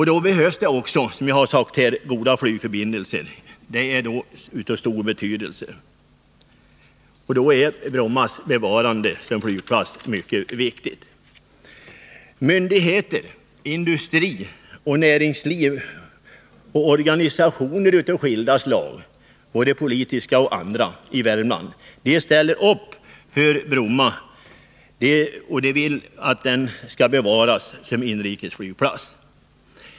Därvidlag är goda flygförbindelser av stor betydelse. Därför är också Bromma flygplats bevarande mycket viktig. Myndigheter, industri, näringsliv och organisationer av skilda slag i Värmland — både politiska och andra — ställer upp för Bromma flygplats och vill att denna skall bevaras som inrikesflygplats.